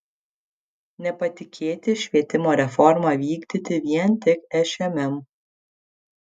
nepatikėti švietimo reformą vykdyti vien tik šmm